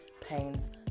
pains